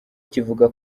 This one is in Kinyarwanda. kivuga